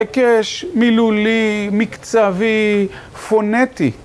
הקש, מילולי, מקצבי, פונטי